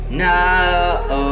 no